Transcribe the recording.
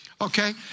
okay